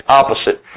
opposite